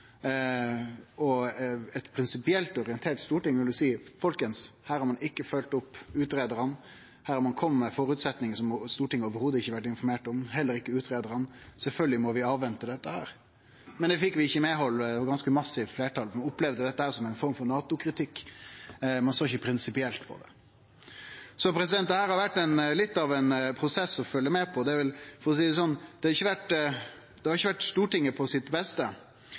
Til eit prinsipielt orientert storting sa ein: Folkens, her har ein ikkje følgt opp utgreiarane, her har ein kome med ein føresetnad som Stortinget ikkje i det heile har vore informert om, og heller ikkje utgreiarane; dette må vi sjølvsagt avvente. Men det fekk vi ikkje medhald i, og det var eit ganske massivt fleirtal som opplevde dette som ei form for NATO-kritikk. Ein såg ikkje prinsipielt på det. Dette har vore litt av ein prosess å følgje med på – det har ikkje vore Stortinget på sitt beste.